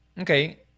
okay